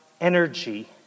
energy